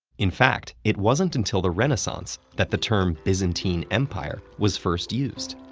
in fact, it wasn't until the renaissance that the term byzantine empire was first used.